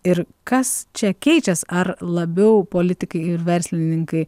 ir kas čia keičias ar labiau politikai ir verslininkai